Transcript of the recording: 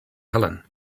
helen